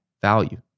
value